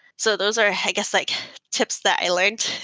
so those are i guess like tips that i learned.